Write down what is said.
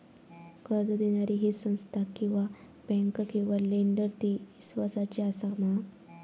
कर्ज दिणारी ही संस्था किवा बँक किवा लेंडर ती इस्वासाची आसा मा?